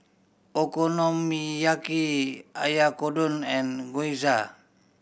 Okonomiyaki and Gyoza